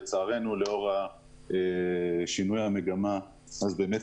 לצערנו, לאור שינוי המגמה, באמת